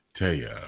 Taya